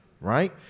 right